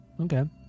Okay